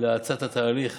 להאצת התהליך